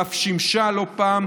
ואף שימשה לא פעם,